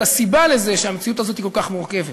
את הסיבה לזה שהמציאות הזאת היא כל כך מורכבת,